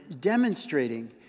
demonstrating